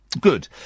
Good